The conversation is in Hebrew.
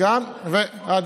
מי ישמור על הציבור?